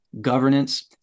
governance